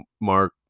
mark